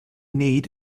need